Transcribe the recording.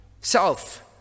self